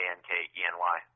Ankeny